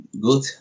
good